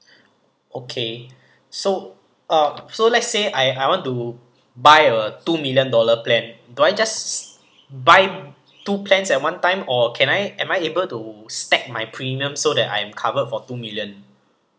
okay so uh so let's say I I want to buy a two million dollar plan do I just buy two plans at one time or can I am I able to stack my premium so that I am cover for two million